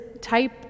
type